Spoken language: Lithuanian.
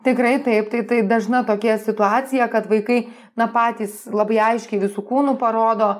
tikrai taip tai tai dažna tokia situacija kad vaikai na patys labai aiškiai visu kūnu parodo